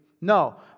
No